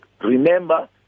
Remember